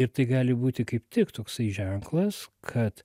ir tai gali būti kaip tik toksai ženklas kad